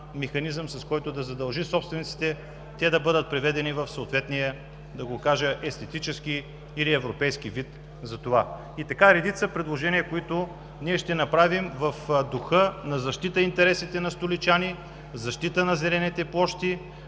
механизъм, задължаващ собствениците те да бъдат приведени в съответния естетически или европейски вид за това. И така редица предложения, които ние ще направим, са в духа на защита интересите на столичани, защита на зелените площи